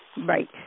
Right